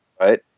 right